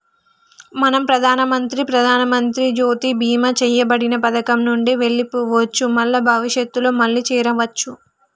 మనం ప్రధానమంత్రి ప్రధానమంత్రి జ్యోతి బీమా చేయబడిన పథకం నుండి వెళ్లిపోవచ్చు మల్ల భవిష్యత్తులో మళ్లీ చేరవచ్చు